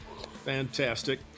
Fantastic